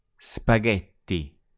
Spaghetti